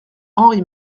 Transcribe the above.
henri